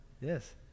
Yes